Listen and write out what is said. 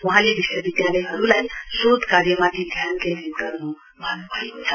वहाँले विश्वविधालयहरुलाई शोध कार्यमाथि ध्यान केन्द्रित गर्न् भन्न्भएको छ